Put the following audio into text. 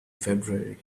february